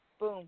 boom